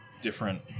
different